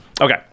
Okay